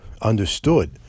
understood